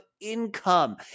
income